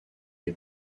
est